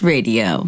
Radio